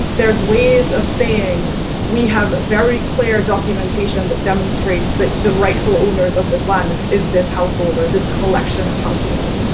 there's ways of saying we have very clear documentation that demonstrates that the rightful owners of this land is is this household or this collection of households.